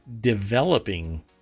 developing